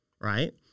right